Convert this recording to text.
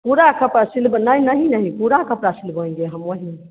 पूरा कपड़ा सील ब नहीं नहीं नहीं पूरा कपड़ा सिलवाएँगे हम वहीं